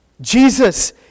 Jesus